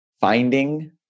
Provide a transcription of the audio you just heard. finding